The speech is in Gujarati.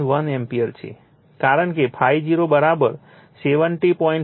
471 એમ્પીયર છે કારણ કે ∅0 70